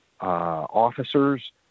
officers